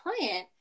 client